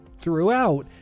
throughout